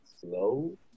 slow